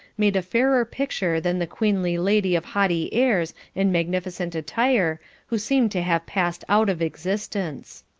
made a fairer picture than the queenly lady of haughty airs and magnificent attire, who seemed to have passed out of existence.